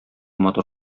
матур